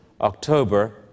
October